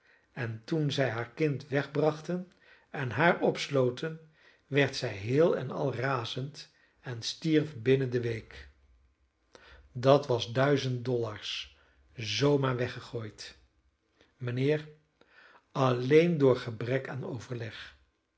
en toen zij haar kind wegbrachten en haar opsloten werd zij heel en al razend en stierf binnen de week dat was duizend dollars zoo maar weggegooid mijnheer alleen door gebrek aan overleg